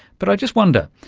but i just wonder,